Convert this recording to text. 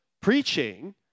preaching